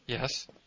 Yes